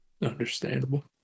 Understandable